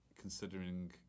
considering